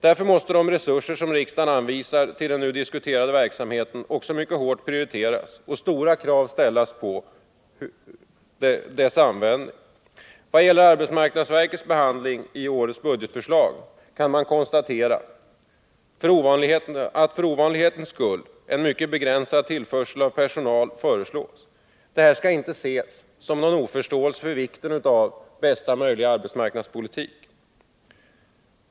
Därför måste de resurser som riksdagen anvisar till den nu diskuterade verksamheten också mycket hårt prioriteras och stora krav ställas på deras användning. Vad gäller arbetsmarknadsverkets behandling i årets budgetförslag kan man konstatera att det för ovanlighetens skull föreslås en mycket begränsad tillförsel av personal. Det här skall inte ses som någon oförståelse för vikten av bästa möjliga arbetsmarknadspolitik.